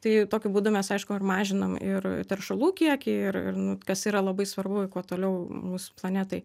tai tokiu būdu mes aišku ar mažinam ir teršalų kiekį ir ir nu kas yra labai svarbu kuo toliau mūsų planetai